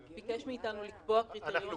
ביקש מאתנו לקבוע קריטריונים --- גברתי,